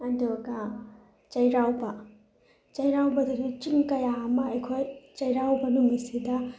ꯑꯗꯨꯒ ꯆꯩꯔꯥꯎꯕ ꯆꯩꯔꯥꯎꯕꯗꯗꯤ ꯆꯤꯡ ꯀꯌꯥ ꯑꯃ ꯑꯩꯈꯣꯏ ꯆꯩꯔꯥꯎꯕ ꯅꯨꯃꯤꯠꯁꯤꯗ